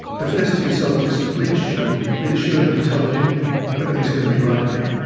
the first two soldiers to reach shaun reassuringly told him everything's gonna be alright, mate.